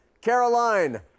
Caroline